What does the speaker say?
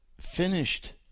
finished